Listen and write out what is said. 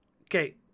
Okay